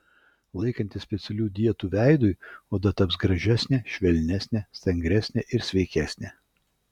laikantis specialių dietų veidui oda taps gražesnė švelnesnė stangresnė ir sveikesnė